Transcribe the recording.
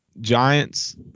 Giants